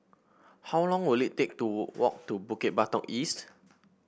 how long will it take to walk to Bukit Batok East